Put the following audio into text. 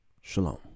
Shalom